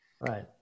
Right